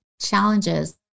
challenges